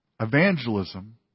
Evangelism